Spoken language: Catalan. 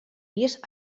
pis